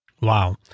Wow